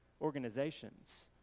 organizations